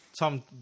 Tom